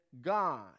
God